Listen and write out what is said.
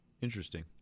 interesting